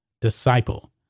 disciple